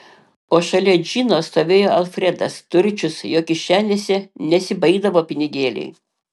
o šalia džino stovėjo alfredas turčius jo kišenėse nesibaigdavo pinigėliai